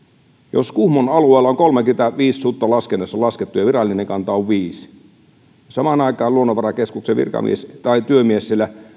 jos kuhmon alueella on kolmekymmentäviisi sutta laskennassa laskettu ja virallinen kanta on viisi ja samaan aikaan luonnonvarakeskuksen työmies siellä